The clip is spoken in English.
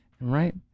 right